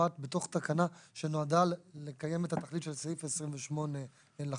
שקובעת בתוך תקנה שנועדה לקיים את התכלית של סעיף 28 לחוק,